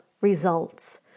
results